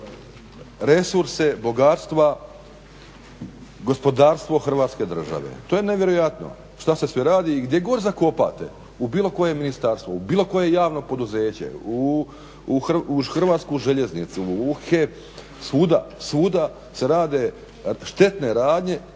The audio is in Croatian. resurse bogatstva, gospodarstvo Hrvatske države. To je nevjerojatno šta se sve radi. I gdje god zakopate, u bilo koje ministarstvo, u bilo koje javno poduzeće, u Hrvatsku željeznicu, u HEP, svuda, svuda se rade štetne radnje.